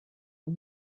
him